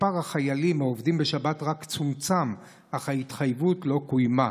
מספר החיילים העובדים בשבת רק צומצם אך ההתחייבות לא קוימה.